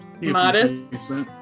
modest